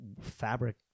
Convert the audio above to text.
fabric